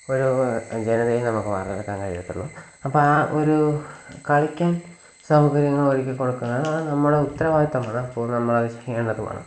ഒരു ജനതയെ നമുക്ക് വാര്ത്തെടുക്കാന് കഴിയത്തുള്ളൂ അപ്പോള് ആ ഒരു കളിക്കും സൗകര്യങ്ങളൊരുക്കി കൊടുക്കുന്നത് അത് നമ്മുടെ ഉത്തരവാദിത്തമാണ് അപ്പോള് നമ്മളത് ചെയ്യേണ്ടതുമാണ്